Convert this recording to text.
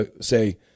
say